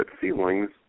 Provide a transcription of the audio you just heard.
feelings